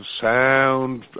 sound